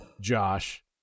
josh